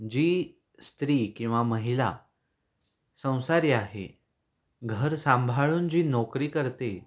जी स्त्री किंवा महिला संसारी आहे घर सांभाळून जी नोकरी करते